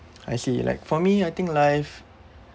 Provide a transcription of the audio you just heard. I see like for me I think life